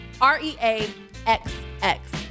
R-E-A-X-X